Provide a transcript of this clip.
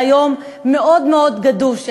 היה יום מאוד מאוד גדוש,